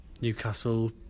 Newcastle